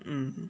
mm mm